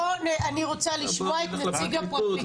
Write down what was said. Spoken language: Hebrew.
לא, לא, לא, אני רוצה לשמוע את נציג הפרקליטות.